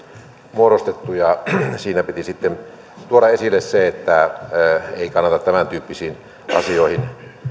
muodostettu siinä piti sitten tuoda esille se että ei kannata tämäntyyppisiin asioihin